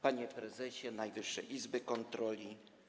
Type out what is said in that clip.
Panie Prezesie Najwyższej Izby Kontroli!